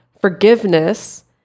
forgiveness